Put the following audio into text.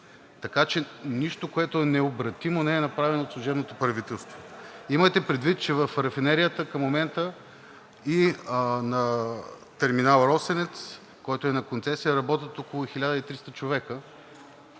Така че нищо, което не е необратимо, не е направено от служебното правителство. Имайте предвид, че в рафинерията към момента и на терминал „Росенец“, който е на концесия, работят около 1300 човека,